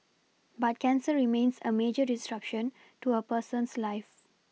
but cancer remains a major disruption to a person's life